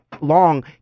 long